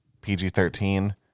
PG-13